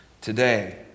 Today